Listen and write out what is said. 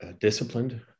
disciplined